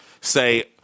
say